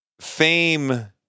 Fame